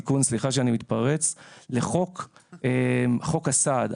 תיקון לחוק הסעד,